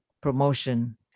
promotion